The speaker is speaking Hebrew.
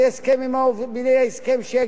הרי כל אחד מאתנו דרש